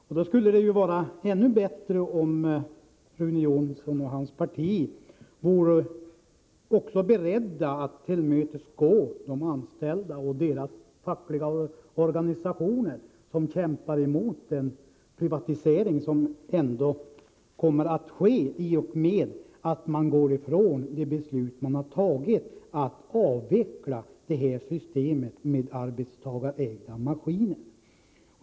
Men det skulle vara ännu bättre om Rune Jonsson och hans parti var beredda att tillmötesgå de anställda och deras fackliga organisationer, som kämpar mot den privatisering som ändå kommer att ske i och med att man frångår beslutet att avveckla systemet med arbetstagarägda maskiner.